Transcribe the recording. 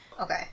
okay